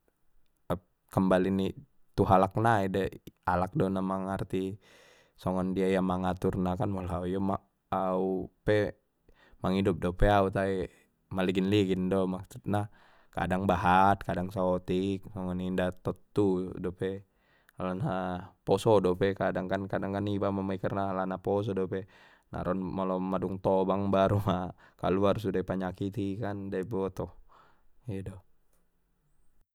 Kambali ni tu halak nai dei alak do na mangarti songon dia ia mangaturna kan molo au pe mangidup dope au tai maligin-ligin do maksudna kadang bahat kadang saotik inda tottu dope alana poso dope kadang, kadangkan hiba mamikirna alana poso dope naron molo ma dung tobang baru ma kaluar sude panyakiti kan inda i boto ido.